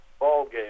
ballgame